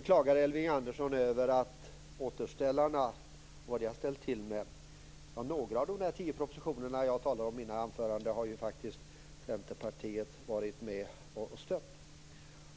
klagar Elving Andersson över vad återställarna har ställt till med. Ja, några av de tio propositioner jag talade om i mitt anförande har ju faktiskt Centerpartiet varit med och stött.